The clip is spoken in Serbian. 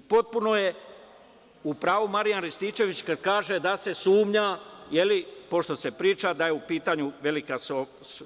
Potpuno je u pravu Marijan Rističević kad kaže da se sumnja, pošto se priča da je u pitanju velika